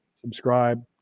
subscribe